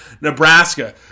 Nebraska